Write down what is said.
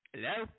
Hello